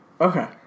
Okay